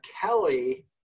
Kelly